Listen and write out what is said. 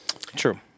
True